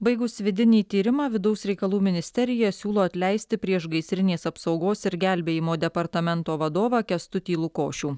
baigus vidinį tyrimą vidaus reikalų ministerija siūlo atleisti priešgaisrinės apsaugos ir gelbėjimo departamento vadovą kęstutį lukošių